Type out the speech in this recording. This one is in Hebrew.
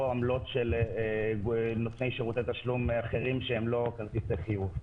עמלות של נותני שירותי תשלום אחרים שהם לא כרטיסי חיוב.